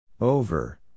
Over